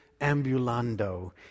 ambulando